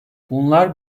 bunlar